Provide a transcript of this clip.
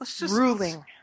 ruling